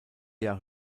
jahre